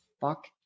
fuck